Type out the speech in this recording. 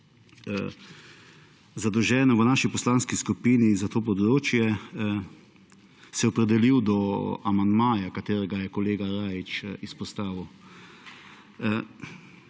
zadolžen v naši poslanski skupini za to področje se opredelil do amandmaja, katerega je kolega Rajić izpostavil.